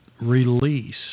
release